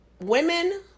Women